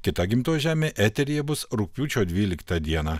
kita gimtoji žemė eteryje bus rugpjūčio dvyliktą dieną